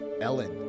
Ellen